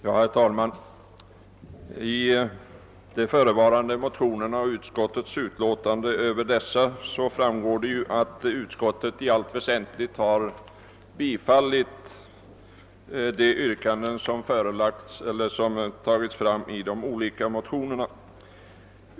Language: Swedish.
Herr talman! Av det föreliggande utskottsutlåtandet i anledning av de motioner som nu behandlas framgår att utskottet i allt väsentligt har tillstyrkt yrkandena i motionerna.